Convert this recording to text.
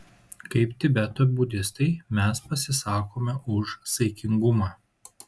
kaip tibeto budistai mes pasisakome už saikingumą